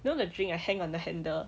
you know the drink I hang on the handle